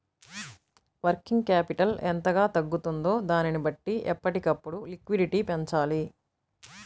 working capital ఎంతగా తగ్గుతుందో దానిని బట్టి ఎప్పటికప్పుడు లిక్విడిటీ పెంచాలి